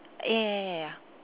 ya ya ya ya